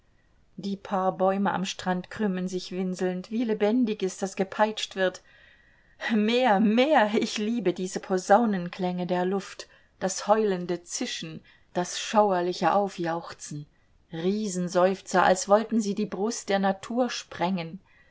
die paar bäume am strand krümmen sich winselnd wie lebendiges das gepeitscht wird mehr mehr ich liebe diese posaunenklänge der luft das heulende zischen das schauerliche aufjauchzen riesenseufzer als wollten sie die brust der natur sprengen